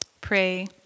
Pray